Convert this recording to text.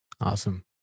Awesome